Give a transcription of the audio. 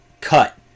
cut